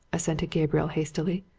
assented gabriel hastily.